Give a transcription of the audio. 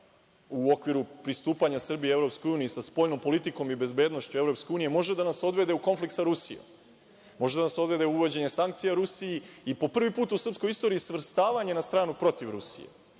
u okviru pristupanja Srbije EU sa spoljnom politikom EU, može da nas odvede u konflikt sa Rusijom, može da nas odvede u uvođenje sankcija Rusiji i, po prvi put u srpskojistoriji, svrstavanje na stranu protiv Rusije?